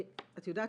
את יודעת